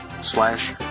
slash